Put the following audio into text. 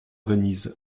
venise